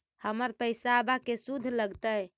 हमर पैसाबा के शुद्ध लगतै?